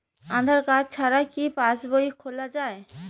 আধার card ছাড়া কি পাসবই খোলা যায়?